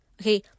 Okay